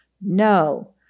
No